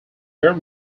very